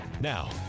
Now